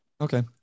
Okay